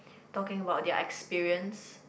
talking about their experience